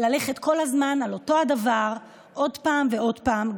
ללכת כל הזמן על אותו הדבר עוד פעם ועוד פעם,